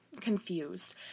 confused